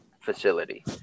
facility